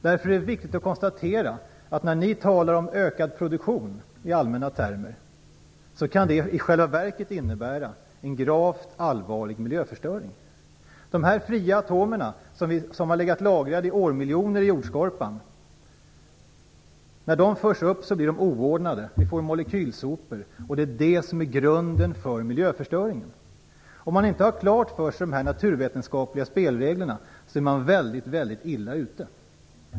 Därför är det viktigt att konstatera att ökad produktion, som ni talar om i allmänna termer, i själva verket kan innebära en gravt allvarlig miljöförstöring. När de fria atomer som har legat lagrade i årmiljoner i jordskorpan förs upp blir de oordnade. Vi får molekylsopor. Det är det som är grunden för miljöförstöringen. Om man inte har dessa naturvetenskapliga spelregler klara för sig är man väldigt illa ute.